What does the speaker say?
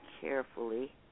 carefully